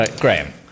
Graham